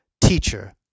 Teacher